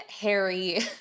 Harry